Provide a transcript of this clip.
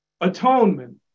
atonement